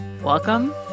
Welcome